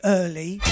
early